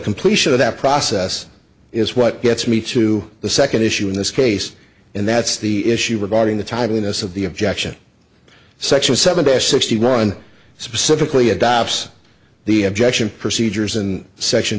completion of that process is what gets me to the second issue in this case and that's the issue regarding the timeliness of the objection sexual seven to sixty nine specifically adopts the objection procedures and section